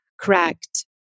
correct